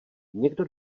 někdo